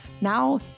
Now